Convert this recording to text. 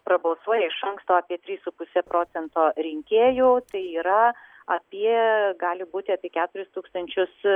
prabalsuoja iš anksto apie tris su puse procento rinkėjų tai yra apie gali būti apie keturis tūkstančius